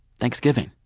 thanksgiving.